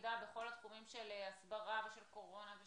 המידע בכל התחומים של הסברה ושל קורונה,